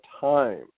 time